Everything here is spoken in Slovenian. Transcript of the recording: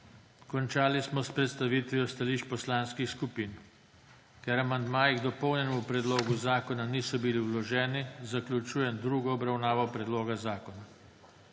zaključujem predstavitev stališč poslanskih skupin. Ker amandmaji k dopolnjenemu predlogu zakona niso bili vloženi, zaključujem drugo obravnavo predloga zakona.